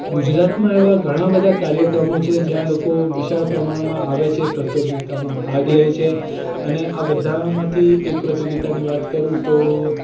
ગુજરાતમાં એવા ઘણા બધા કાર્યક્રમો છે જ્યાં લોકો વિશાળ પ્રમાણમાં આવે છે પ્રતિયોગીતામાં ભાગ લે છે અને આ બધામાંથી એક પ્રતિયોગીતાની વાત કરું તો